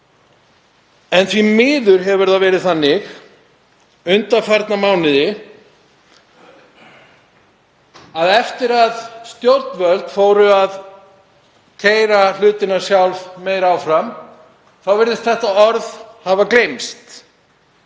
En því miður hefur það verið þannig undanfarna mánuði eftir að stjórnvöld fóru að keyra hlutina meira áfram sjálf að þá virðist þetta orð hafa gleymst,